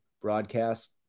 broadcast